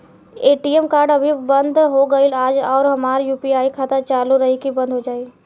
ATM card अभी बंद हो गईल आज और हमार यू.पी.आई खाता चालू रही की बन्द हो जाई?